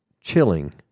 chilling